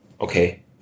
okay